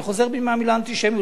אני חוזר בי מהמלה "אנטישמי".